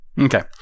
Okay